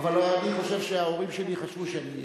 אבל, אני חושב שההורים שלי חשבו שאני אהיה.